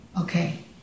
Okay